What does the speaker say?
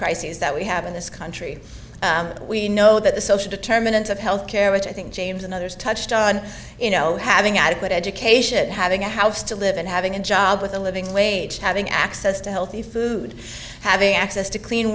crises that we have in this country we know that the social determinants of health care which i think james and others touched on you know having adequate education having a house to live and having a job with a living wage having access to healthy food having access to clean